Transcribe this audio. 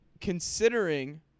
considering